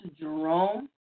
Jerome